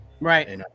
Right